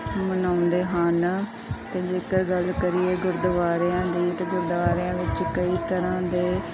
ਮਨਾਉਂਦੇ ਹਨ ਅਤੇ ਜੇਕਰ ਗੱਲ ਕਰੀਏ ਗੁਰਦੁਆਰਿਆਂ ਦੀ ਤਾਂ ਗੁਰਦੁਆਰਿਆਂ ਵਿੱਚ ਕਈ ਤਰ੍ਹਾਂ ਦੇ